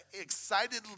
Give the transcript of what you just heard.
excitedly